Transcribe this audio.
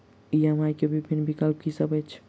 EMI केँ विभिन्न विकल्प की सब अछि